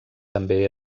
també